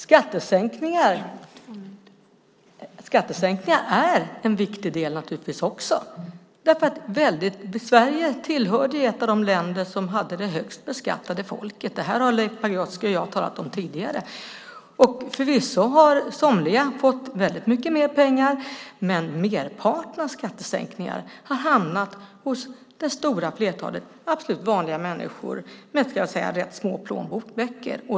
Skattesänkningar är naturligtvis också en viktig del, därför att Sverige var ett av de länder som hade de högst beskattade folken. Det här har Leif Pagrotsky och jag talat om tidigare. Och förvisso har somliga fått väldigt mycket mer pengar, men merparten av skattesänkningarna har hamnat hos det stora flertalet absolut vanliga människor med, ska jag säga, rätt små plånböcker.